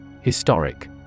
Historic